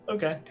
Okay